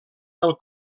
del